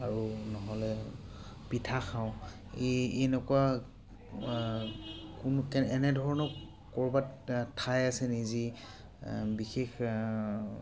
আৰু নহ'লে পিঠা খাওঁ এই এনেকুৱা কোন এনেধৰণৰ ক'ৰবাত ঠাই আছে নি যি বিশেষ